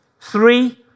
Three